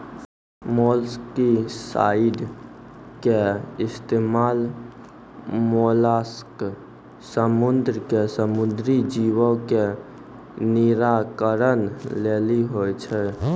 molluscicide के इस्तेमाल mollusc समूहो के समुद्री जीवो के निराकरण लेली होय छै